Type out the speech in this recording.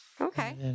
Okay